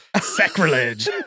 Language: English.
sacrilege